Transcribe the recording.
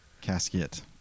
Casket